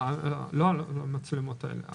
לא על המצלמות האלה.